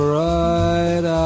right